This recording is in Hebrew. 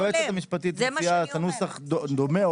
היועצת המשפטית מציעה נוסח דומה,